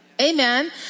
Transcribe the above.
Amen